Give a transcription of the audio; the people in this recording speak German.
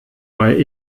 bei